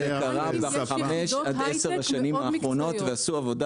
לבנקים יש יחידות הייטק מאוד מקצועיות.